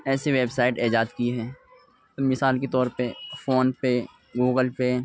ایسی website ایجاد کیے ہیں مثال کے طور پہ فون پے گوگل پے